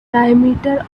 diameter